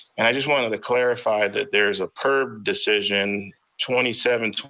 and i just wanted to clarify that there is a perb decision twenty seven